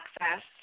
access